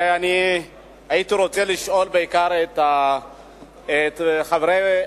אני הייתי רוצה לשאול בעיקר את חברי הממשלה,